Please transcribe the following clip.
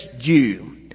Jew